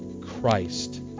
Christ